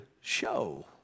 show